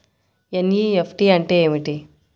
NEFT అంటే ఏమిటి?